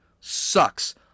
sucks